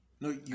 No